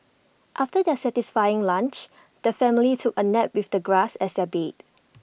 after their satisfying lunch the family took A nap with the grass as their bed